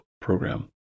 program